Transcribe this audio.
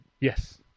Yes